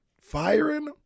firing